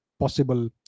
possible